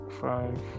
five